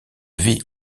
vie